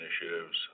initiatives